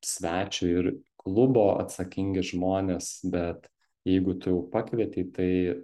svečiui ir klubo atsakingi žmonės bet jeigu tu jau pakvietei tai